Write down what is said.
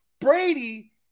Brady